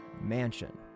mansion